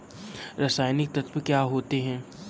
रसायनिक तत्व क्या होते हैं?